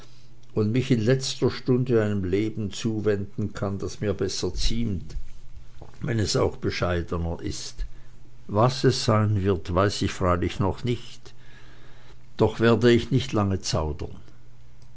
und mich in letzter stunde einem leben zuwenden kann das mir besser ziemt wenn es auch bescheidener ist was es sein wird weiß ich freilich noch nicht doch werde ich nicht lange zaudern